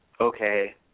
Okay